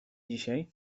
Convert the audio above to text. dzisiaj